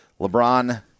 LeBron